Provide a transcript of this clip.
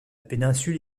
péninsule